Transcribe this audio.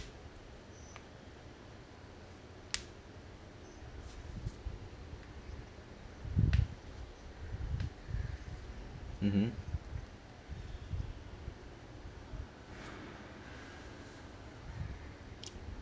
mmhmm